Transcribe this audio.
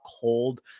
cold